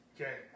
Okay